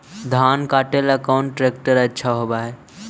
धान कटे ला कौन ट्रैक्टर अच्छा होबा है?